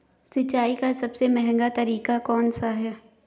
सिंचाई का सबसे महंगा तरीका कौन सा है?